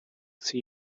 see